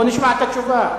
בוא נשמע את התשובה.